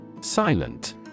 Silent